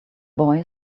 boy